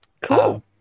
Cool